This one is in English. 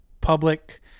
public